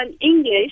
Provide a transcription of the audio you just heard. English